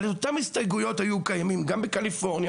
אבל אותן הסתייגויות היו קיימות גם בקליפורניה,